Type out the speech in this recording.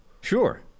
sure